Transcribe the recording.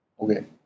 Okay